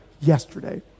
yesterday